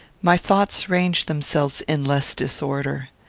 my thoughts range themselves in less disorder.